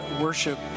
worship